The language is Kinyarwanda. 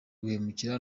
guhemuka